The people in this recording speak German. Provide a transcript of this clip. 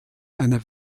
einer